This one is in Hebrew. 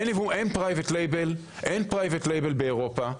אין פרייבד לייבל באירופה.